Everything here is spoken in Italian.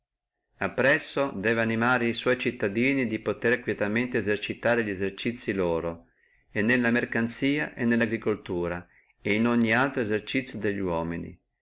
appresso debbe animare li sua cittadini di potere quietamente esercitare li esercizii loro e nella mercanzia e nella agricultura et in ogni altro esercizio delli uomini